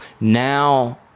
now